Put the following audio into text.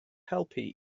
helpu